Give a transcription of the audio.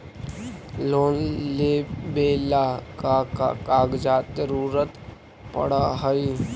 Loan लेवेला का का कागजात जरूरत पड़ हइ?